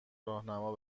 راهنما